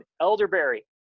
elderberry